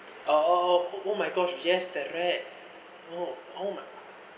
oh oh oh my gosh yes that rat oh my